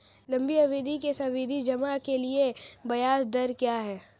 लंबी अवधि के सावधि जमा के लिए ब्याज दर क्या है?